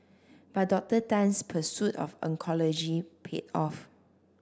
but Dr Tan's pursuit of oncology paid off